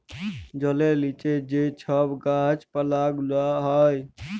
জলের লিচে যে ছব গাহাচ পালা গুলা হ্যয়